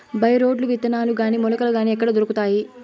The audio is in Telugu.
బై రోడ్లు విత్తనాలు గాని మొలకలు గాని ఎక్కడ దొరుకుతాయి?